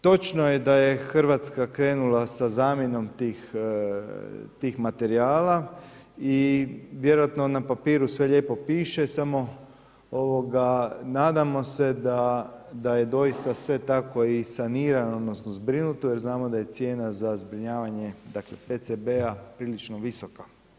Točno je da je Hrvatska krenula sa zamjenom tih materijala i vjerojatno na papiru sve lijepo piše samo nadamo se da je doista sve tako i sanirano, odnosno zbrinuto jer znamo da je cijena za zbrinjavanje dakle, PCB-a prilično visoka.